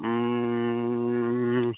ও